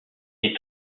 est